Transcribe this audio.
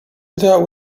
that